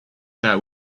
that